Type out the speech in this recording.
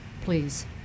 please